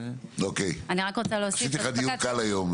אוקיי עשיתי לך דיון קל היום,